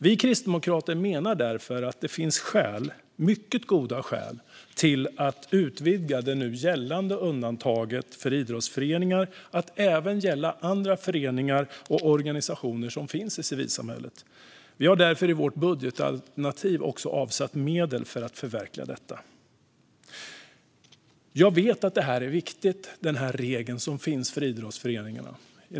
Vi kristdemokrater menar därför att det finns mycket goda skäl till att utvidga det nu gällande undantaget för idrottsföreningar till att även gälla andra föreningar och organisationer som finns i civilsamhället. Vi har därför i vårt budgetalternativ också avsatt medel för att förverkliga detta. Jag vet att den här regeln som finns för idrottsföreningarna är viktig.